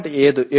6 0